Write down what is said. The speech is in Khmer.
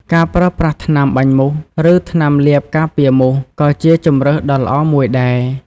ការប្រើប្រាស់ថ្នាំបាញ់មូស ឬថ្នាំលាបការពារមូសក៏ជាជម្រើសដ៏ល្អមួយដែរ។